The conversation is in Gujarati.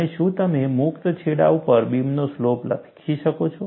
અને શું તમે મુક્ત છેડા ઉપર બીમનો સ્લોપ લખી શકો છો